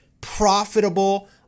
profitable